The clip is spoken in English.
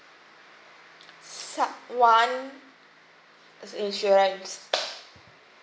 sub one it's insurance